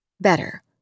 better